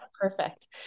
Perfect